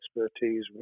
expertise